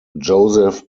joseph